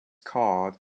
called